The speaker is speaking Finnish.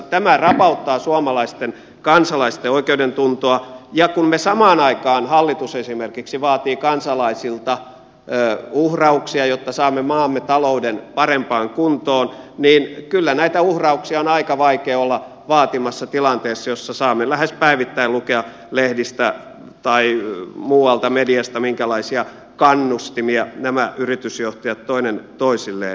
tämä rapauttaa suomalaisten kansalaisten oikeudentuntoa ja kun me samaan aikaan hallitus esimerkiksi vaadimme kansalaisilta uhrauksia jotta saamme maamme talouden parempaan kuntoon niin kyllä näitä uhrauksia on aika vaikea olla vaatimassa tilanteessa jossa saamme lähes päivittäin lukea lehdistä tai muualta mediasta minkälaisia kannustimia nämä yritysjohtajat toinen toisilleen järjestävät